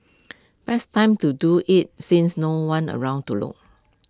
best time to do IT since no one's around to look